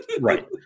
right